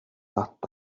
hasta